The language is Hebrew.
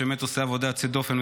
שבאמת עושה עבודה יוצאת דופן,